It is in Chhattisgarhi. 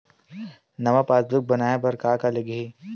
नवा पासबुक बनवाय बर का का लगही?